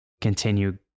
continue